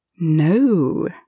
No